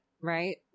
right